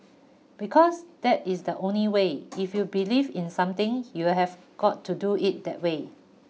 because that is the only way if you believe in something you'll have got to do it that way